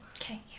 Okay